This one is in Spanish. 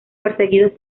perseguidos